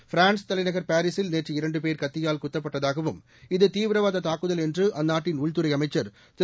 France தலைநகர் பாரிஸில் நேற்று இரண்டு பேர் கத்தியால் குத்தப்பட்டதாகவும் இது தீவிரவாத தாக்குதல் என்று அந்நாட்டின் உள்துறை அமைச்சர் திரு